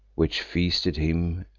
which feasted him,